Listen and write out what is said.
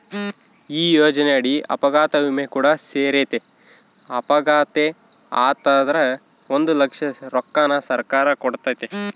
ಈ ಯೋಜನೆಯಡಿ ಅಪಘಾತ ವಿಮೆ ಕೂಡ ಸೇರೆತೆ, ಅಪಘಾತೆ ಆತಂದ್ರ ಒಂದು ಲಕ್ಷ ರೊಕ್ಕನ ಸರ್ಕಾರ ಕೊಡ್ತತೆ